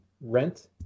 rent